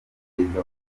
perezida